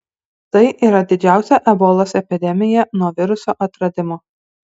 tai yra didžiausia ebolos epidemija nuo viruso atradimo